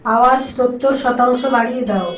আওয়াজ সত্তর শতাংশ বাড়িয়ে দাও